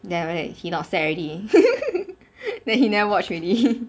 then after that he not sad already then he never watch already